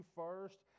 first